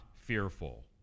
fearful